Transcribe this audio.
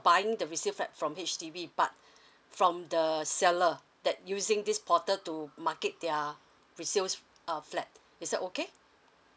buying the resale flat from H_D_B but from the seller that using this portal to market their resales uh flat is that okay